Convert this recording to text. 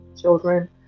children